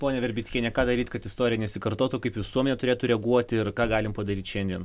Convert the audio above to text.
ponia verbickienė ką daryti kad istorija nesikartotų kaip visuomenė turėtų reaguoti ir ką galime padaryt šiandien